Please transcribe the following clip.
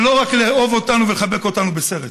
זה לא רק לאהוב אותנו ולחבק אותנו בסרט,